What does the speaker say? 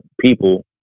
people